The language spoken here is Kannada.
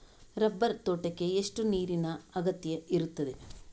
ರಬ್ಬರ್ ತೋಟಕ್ಕೆ ಎಷ್ಟು ನೀರಿನ ಅಗತ್ಯ ಇರುತ್ತದೆ?